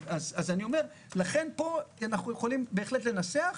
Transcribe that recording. לכן פה אנחנו יכולים בהחלט לנסח,